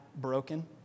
broken